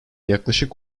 yaklaşık